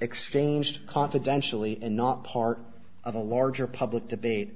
exchanged confidentially and not part of a larger public debate